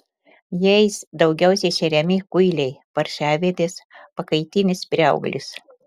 jais daugiausiai šeriami kuiliai paršavedės pakaitinis prieauglis